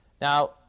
Now